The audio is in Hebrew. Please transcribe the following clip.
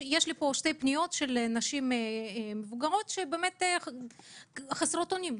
יש לי פה שתי פניות של נשים מבוגרות חסרות אונים.